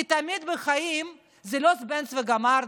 כי תמיד בחיים זה לא זבנג וגמרנו.